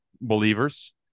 believers